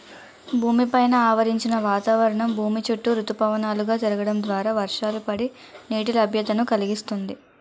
భూమి పైన ఆవరించిన వాతావరణం భూమి చుట్టూ ఋతుపవనాలు గా తిరగడం ద్వారా వర్షాలు పడి, నీటి లభ్యతను కలిగిస్తుంది